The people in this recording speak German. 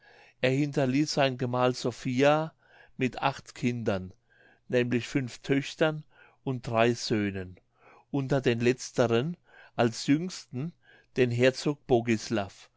er hinterließ sein gemahl sophia mit acht kindern nämlich fünf töchtern und drei söhnen unter den letzteren als jüngsten den herzog